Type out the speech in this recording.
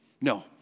No